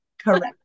Correct